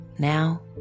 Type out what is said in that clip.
Now